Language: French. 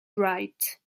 bright